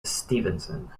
stevenson